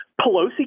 Pelosi